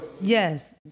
Yes